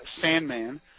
Sandman